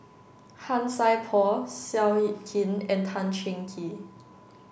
Han Sai Por Seow Yit Kin and Tan Cheng Kee